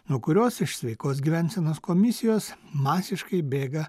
nuo kurios iš sveikos gyvensenos komisijos masiškai bėga